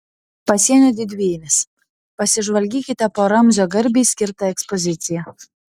pasienio didvyris pasižvalgykite po ramzio garbei skirtą ekspoziciją